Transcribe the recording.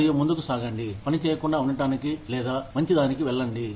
మరియు ముందుకు సాగండి పని చేయకుండా ఉండటానికి లేదా మంచి దానికి వెళ్ళండి